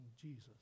Jesus